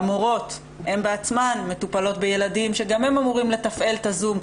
שהמורות בעצמן מטופלות בילדים שגם הם אמורים לתפעל את הזום.